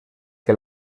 que